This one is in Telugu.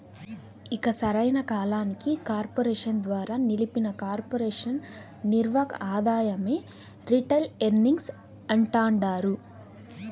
ఇక సరైన కాలానికి కార్పెరేషన్ ద్వారా నిలిపిన కొర్పెరేషన్ నిర్వక ఆదాయమే రిటైల్ ఎర్నింగ్స్ అంటాండారు